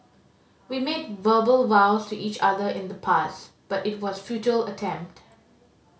we made verbal vows to each other in the past but it was a futile attempt